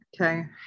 Okay